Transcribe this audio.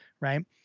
Right